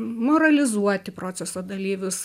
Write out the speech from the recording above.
moralizuoti proceso dalyvius